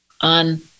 on